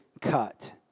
cut